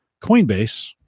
Coinbase